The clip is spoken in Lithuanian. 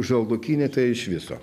žaldokynė tai iš viso